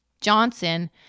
Johnson